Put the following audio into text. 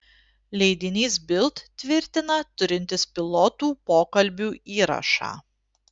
leidinys bild tvirtina turintis pilotų pokalbių įrašą